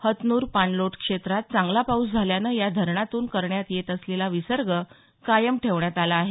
हतनूर पाणलोट क्षेत्रात चांगला पाऊस झाल्यानं या धरणातून करण्यात येत असलेला विसर्ग कायम ठेवण्यात आला आहे